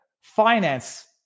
finance